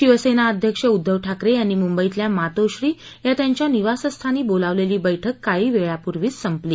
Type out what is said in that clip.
शिवसेना अध्यक्ष उद्दव ठाकरे यांनी मुंबईतल्या मातोश्री या त्यांच्या निवासस्थानी बोलावलेली बैठक काही वेळापूर्वीच संपली